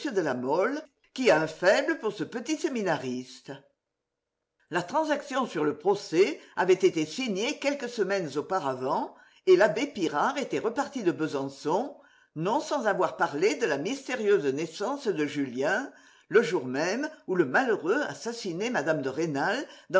de la mole qui a un faible pour ce petit séminariste la transaction sur le procès avait été signée quelques semaines auparavant et l'abbé pirard était reparti de besançon non sans avoir parlé de la mystérieuse naissance de julien le jour même où le malheureux assassinait mme de rênal